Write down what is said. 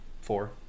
four